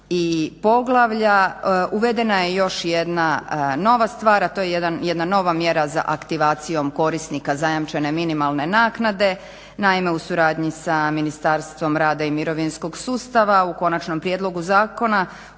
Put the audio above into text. i poglavlja. Uvedena je još jedna nova stvar a to je jedan nova mjera za aktivacijom korisnika zajamčene minimalne naknade. Naime u suradnji sa Ministarstvom rada i mirovinskog sustava u konačnom prijedlogu zakona